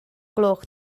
gloch